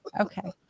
okay